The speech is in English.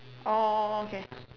oh oh oh okay